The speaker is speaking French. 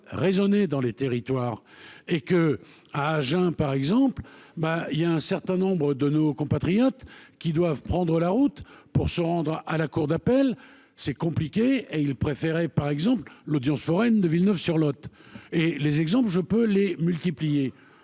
résonner dans les territoires et que, à Agen, par exemple, bah il y a un certain nombre de nos compatriotes qui doivent prendre la route pour se rendre à la cour d'appel, c'est compliqué et il préférait par exemple l'audience foraine de Villeneuve-sur-Lot et les exemples, je peux les multiplier,